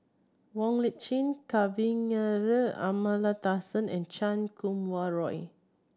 Wong Lip Chin Kavignareru Amallathasan and Chan Kum Wah Roy